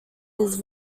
his